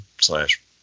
slash